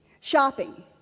shopping